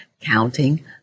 counting